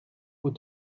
vous